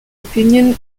opinion